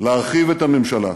להרחיב את הממשלה.